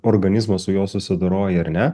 organizmo su juo susidoroja ar ne